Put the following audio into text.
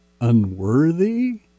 unworthy